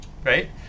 Right